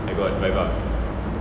I got my bar